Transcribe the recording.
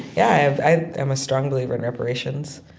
yeah, i'm i'm a strong believer in reparations.